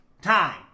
Time